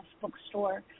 bookstore